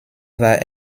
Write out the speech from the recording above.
war